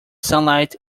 sunlight